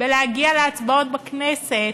בלהגיע להצבעות בכנסת,